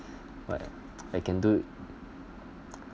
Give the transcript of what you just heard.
but I can do